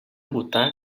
buta